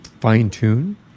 fine-tune